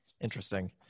Interesting